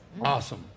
Awesome